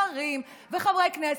שרים וחברי כנסת,